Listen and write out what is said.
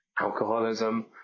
alcoholism